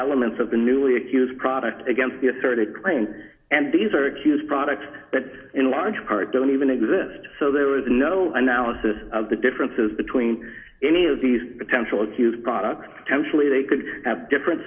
elements of the newly accused product against the asserted claim and these are accused products that in large part don't even exist so there is no analysis of the differences between any of these potential accused product employee they could have different